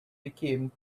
became